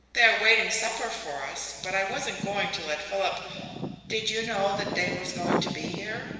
they are waiting supper for us, but i wasn't going to let philip did you know that dane was going to be here?